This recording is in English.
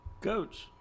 coach